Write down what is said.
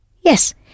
Yes